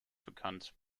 bekannt